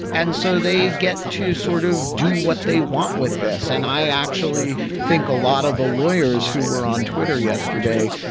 and so they get to sort of do what they want with this. and i actually think a lot of the lawyers who were on twitter yesterday,